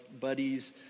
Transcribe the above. buddies